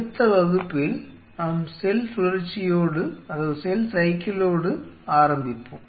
அடுத்த வகுப்பில் நாம் செல் சுழற்சியோடு ஆரம்பிப்போம்